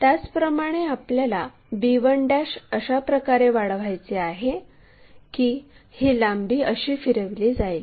त्याचप्रमाणे आपल्याला b1 अशाप्रकारे वाढवायचे आहे की ही लांबी अशी फिरविली जाईल